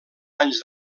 anys